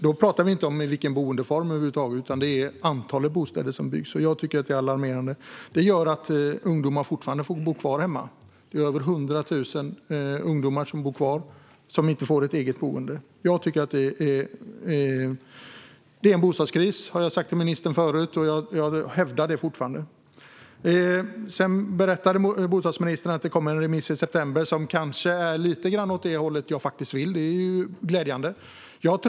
Då pratar vi inte om boendeform över huvud taget, utan det är antalet bostäder som byggs. Jag tycker att det är alarmerande. Detta gör att ungdomar fortfarande får bo kvar hos föräldrarna. Det är över 100 000 ungdomar som bor kvar och som inte får ett eget boende. Jag tycker att det är en bostadskris. Det har jag sagt till ministern förut, och jag hävdar det fortfarande. Bostadsministern berättade att det kommer en remiss i september som kanske är lite grann åt det håll som jag faktiskt vill. Det är glädjande.